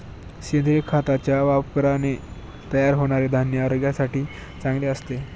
सेंद्रिय खताच्या वापराने तयार होणारे धान्य आरोग्यासाठी चांगले असते